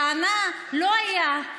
טענה: לא היה,